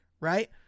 Right